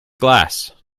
glass